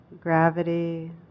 gravity